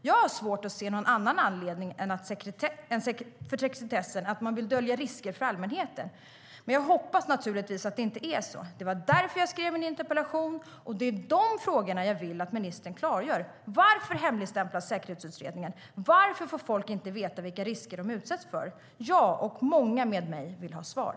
Jag har svårt att se någon annan anledning för sekretessen än att man vill dölja risker för allmänheten. Jag hoppas naturligtvis att det inte är så. Det var därför jag skrev min interpellation, och det är de frågorna jag vill att ministern klargör. Varför hemligstämplas säkerhetsutredningen? Varför får folk inte veta vilka risker de utsätts för? Jag och många med mig vill ha svar.